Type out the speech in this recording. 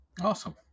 Awesome